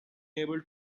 able